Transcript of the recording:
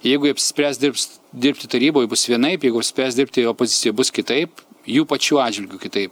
jeigu jie apsispręs dirbs dirbti taryboj bus vienaip jeigu apsispręs dirbti opozicijoj bus kitaip jų pačių atžvilgiu kitaip